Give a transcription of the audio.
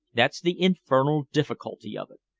that's the infernal difficulty of it.